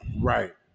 Right